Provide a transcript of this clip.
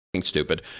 stupid